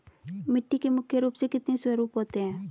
मिट्टी के मुख्य रूप से कितने स्वरूप होते हैं?